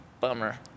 Bummer